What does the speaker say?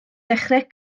dechrau